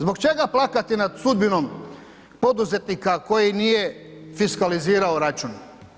Zbog čega plakati nad sudbinom poduzetnika koji nije fiskalizirao račun?